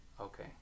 Okay